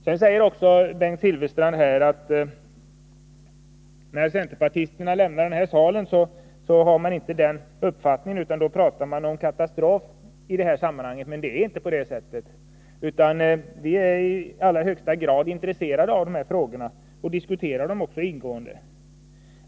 Bengt Silfverstrand säger att centerpartisterna när de lämnar denna sal inte har samma uppfattning som i kammaren utan då talar om den katastrof som ett borttagande av de kemiska ämnena skulle leda till. Men det är inte på det sättet. Vi är i allra högsta grad intresserade av dessa frågor och diskuterar dem också ingående.